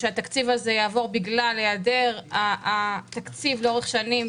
שהתקציב הזה יעבור בגלל היעדר התקציב לאורך שנים.